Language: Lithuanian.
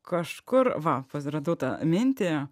kažkur va radau tą mintį